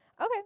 Okay